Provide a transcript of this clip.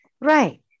right